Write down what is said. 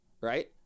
right